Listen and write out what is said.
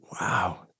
Wow